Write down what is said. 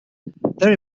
there